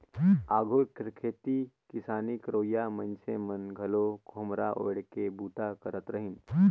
आघु कर खेती किसानी करोइया मइनसे मन घलो खोम्हरा ओएढ़ के बूता करत रहिन